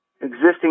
existing